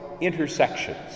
intersections